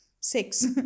six